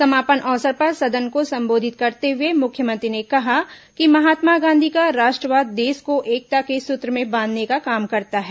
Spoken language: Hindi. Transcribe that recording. समापन अवसर पर सदन को संबोधधित करते हुए मुख्यमंत्री ने कहा कि महात्मा गांधी का राष्ट्रवाद देश को एकता के सूत्र में बांधने का काम करता है